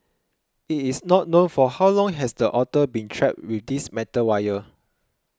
it is not known for how long has the otter been trapped with this metal wire